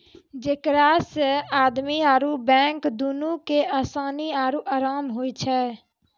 जेकरा से आदमी आरु बैंक दुनू के असानी आरु अराम होय छै